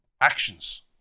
actions